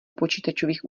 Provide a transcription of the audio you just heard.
počítačových